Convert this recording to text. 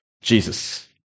Jesus